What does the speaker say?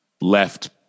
left